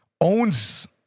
owns